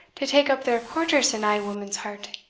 to take up their quarters in ae woman's heart?